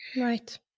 Right